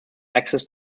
access